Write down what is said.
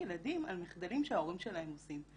ילדים על מחדלים שההורים שלהם עושים.